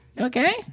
Okay